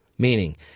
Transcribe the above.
Meaning